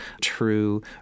true